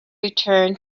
return